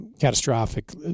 catastrophic